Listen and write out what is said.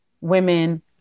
women